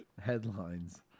headlines